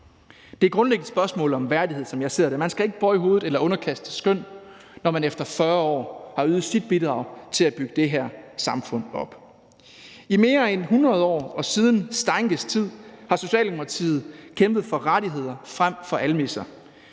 Det er grundlæggende et spørgsmål om værdighed, som jeg ser det. Man skal ikke bøje hovedet eller underkaste sig skøn, når man efter 40 år har ydet sit bidrag til at bygge det her samfund op. I mere end hundrede år og siden Steinckes tid har Socialdemokratiet kæmpet for rettigheder frem for almisser.